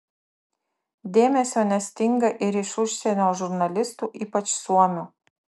dėmesio nestinga ir iš užsienio žurnalistų ypač suomių